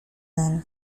nel